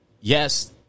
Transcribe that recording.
Yes